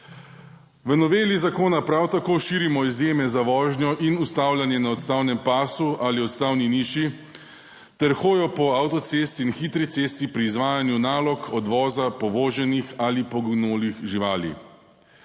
V noveli zakona prav tako širimo izjeme za vožnjo in ustavljanje na odstavnem pasu ali odstavni niši ter hojo po avtocesti in hitri cesti pri izvajanju nalog odvoza povoženih ali poginulih živali.